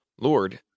Lord